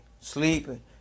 Sleeping